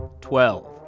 Twelve